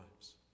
lives